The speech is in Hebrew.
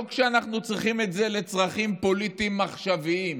לא כשאנחנו צריכים את זה לצרכים פוליטיים עכשוויים,